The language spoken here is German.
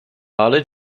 alle